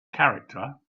character